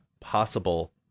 possible